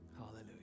Hallelujah